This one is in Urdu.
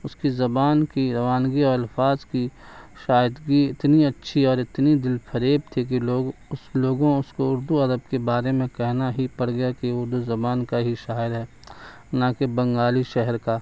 اس کی زبان کی روانی اور الفاظ کی شائستگی اتنی اچھی اور اتنی دلفریب تھی کہ لوگ اس لوگوں اس کو اردو ادب کے بارے میں کہنا ہی پڑ گیا کہ اردو زبان کا ہی شاعر ہے نہ کہ بنگالی شہر کا